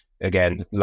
again